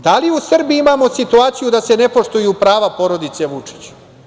Da li u Srbiji imamo situaciju da se ne poštuju prava porodice Vučić?